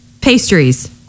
pastries